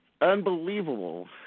unbelievable